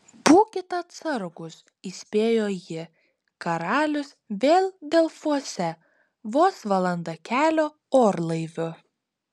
būkit atsargūs įspėjo ji karalius vėl delfuose vos valanda kelio orlaiviu